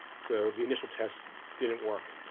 so the initial tests didn't work.